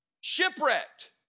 Shipwrecked